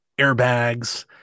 airbags